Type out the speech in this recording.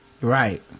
Right